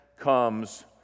comes